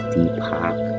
Deepak